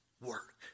work